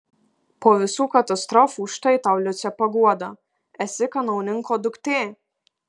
po visų katastrofų štai tau liuce paguoda esi kanauninko duktė